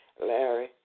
Larry